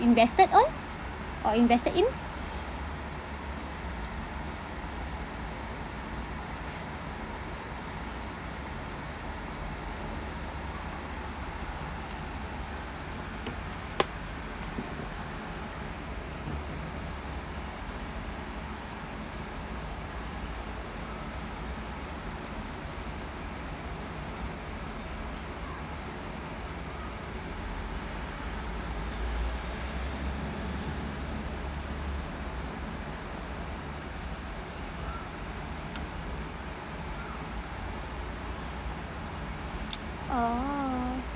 invested on or invested in oh